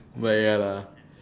but ya lah